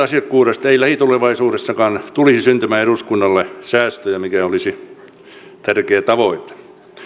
asiakkuudesta ei lähitulevaisuudessakaan tulisi syntymään eduskunnalle säästöjä mikä olisi ollut tärkeä tavoite